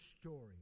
story